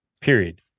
period